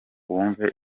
wumve